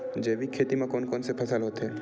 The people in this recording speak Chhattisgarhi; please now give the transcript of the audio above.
जैविक खेती म कोन कोन से फसल होथे?